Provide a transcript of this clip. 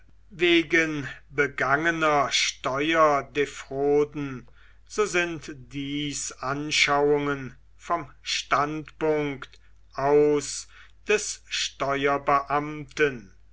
wegen begangener steuernde rhoden so sind dies anschauungen vom standpunkt aus des